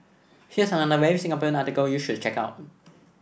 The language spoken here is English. here's another very Singaporean article you should check out